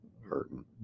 hurting